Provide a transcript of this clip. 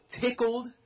tickled